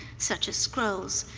such as scrolls,